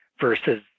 versus